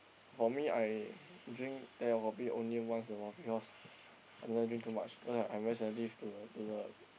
for me I drink teh or kopi only once awhile because I don't dare drink too much cause I realize I live to the to the